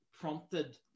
prompted